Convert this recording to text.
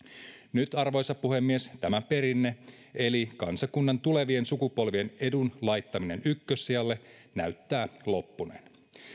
nyt arvoisa puhemies tämä perinne eli kansakunnan tulevien sukupolvien edun laittaminen ykkössijalle näyttää loppuneen